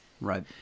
Right